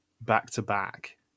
back-to-back